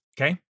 Okay